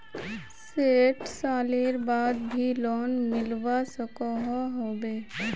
सैट सालेर बाद भी लोन मिलवा सकोहो होबे?